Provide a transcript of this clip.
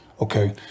okay